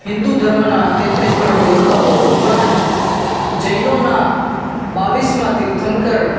હિન્દુ ધર્મના તેત્રીસ કરોડ દેવતાઓ ઉપરાંત જૈનોના બાવીસમાં તીર્થંકર